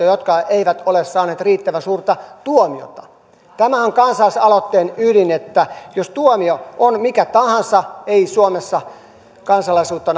jotka eivät ole saaneet riittävän suurta tuomiota tämähän on kansalaisaloitteen ydin että jos tuomio on mikä tahansa henkilöllä joka ei nauti suomessa kansalaisuutta